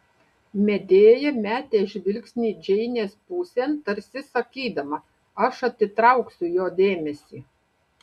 medėja metė žvilgsnį džeinės pusėn tarsi sakydama aš atitrauksiu jo dėmesį